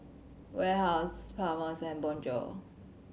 Warehouse Palmer's and Bonjour